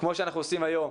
כמו שאנחנו עושים היום,